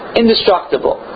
indestructible